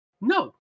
No